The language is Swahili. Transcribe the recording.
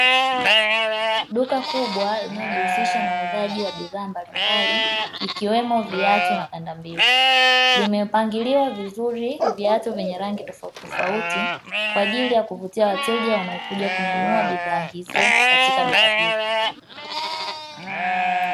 Duka kubwa linalojihusisha na uuzaji wa bidhaa mbali mbali ikiwemo viatu na kandambili, limepangiliwa vizuri viatu vyenye rangi tofauti tofauti kwa ajili ya kuvutia wateja wanaokuja kununua bidhaa hizo katika duka hilo.